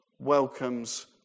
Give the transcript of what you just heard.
Welcomes